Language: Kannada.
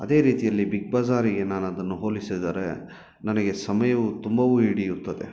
ಅದೇ ರೀತಿಯಲ್ಲಿ ಬಿಗ್ ಬಜಾರಿಗೆ ನಾನು ಅದನ್ನು ಹೋಲಿಸಿದರೆ ನನಗೆ ಸಮಯವೂ ತುಂಬವೂ ಹಿಡಿಯುತ್ತದೆ